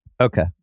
Okay